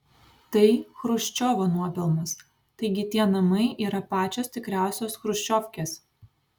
tai chruščiovo nuopelnas taigi tie namai yra pačios tikriausios chruščiovkės